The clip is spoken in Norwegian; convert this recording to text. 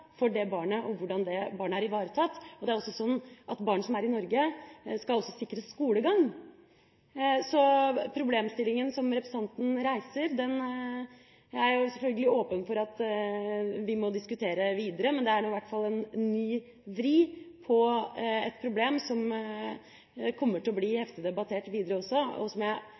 barnet og hvordan det er ivaretatt. Det er også sånn at barn som er i Norge, skal sikres skolegang. Så problemstillinga som representanten reiser, er jeg selvfølgelig åpen for at vi må diskutere videre, men det er nå i hvert fall en ny vri på et problem som kommer til å bli heftig debattert videre. Jeg vil også benytte anledninga til å si at jeg